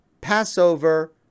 Passover